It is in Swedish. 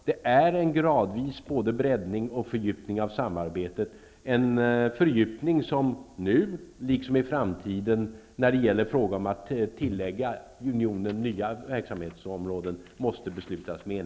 Det sker en gradvis breddning och fördjupning av samarbetet. Det är en fördjupning som man nu likaväl som i framtiden måste besluta om i enhällighet när det gäller att tillägga unionen nya verksamhetsområden.